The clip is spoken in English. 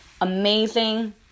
amazing